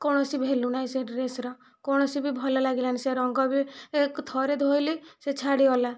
କୌଣସି ଭାଲ୍ୟୁ ନାହିଁ ସେହି ଡ୍ରେସ୍ର କୌଣସି ବି ଭଲ ଲାଗିଲାନି ସେ ରଙ୍ଗ ବି ଏ ଥରେ ଧୋଇଲି ସେ ଛାଡ଼ିଗଲା